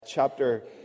chapter